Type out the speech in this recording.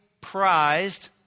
prized